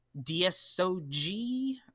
DSOG